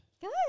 Good